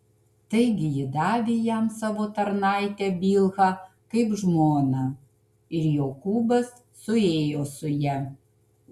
taigi ji davė jam savo tarnaitę bilhą kaip žmoną ir jokūbas suėjo su ja